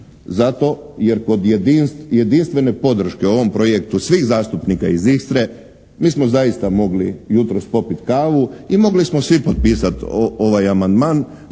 jer kod jedinstvene podrške ovom projektu svih zastupnika iz Istre mi smo zaista mogli jutros popit kavu i mogli smo svi potpisati ovaj amandman